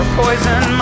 poison